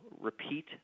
repeat